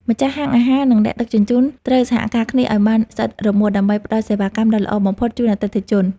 ម្ចាស់ហាងអាហារ និងអ្នកដឹកជញ្ជូនត្រូវសហការគ្នាឱ្យបានស្អិតរមួតដើម្បីផ្ដល់សេវាកម្មដ៏ល្អបំផុតជូនអតិថិជន។